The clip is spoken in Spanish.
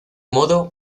modo